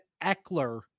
Eckler